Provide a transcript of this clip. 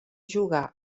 jugà